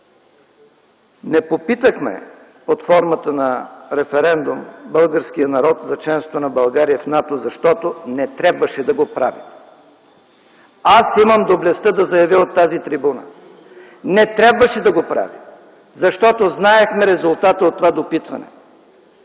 не попитахме под формата на референдум българския народ за членството на България в НАТО, защото не трябваше да го правим. Аз имам доблестта да заявя от тази трибуна – не трябваше да го правим, защото знаехме резултата от това допитване.